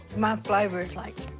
my flavor's like.